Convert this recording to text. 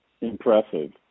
impressive